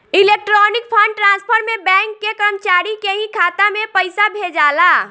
electronic fund transfer में bank के कर्मचारी के ही खाता में पइसा भेजाला